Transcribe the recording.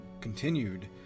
continued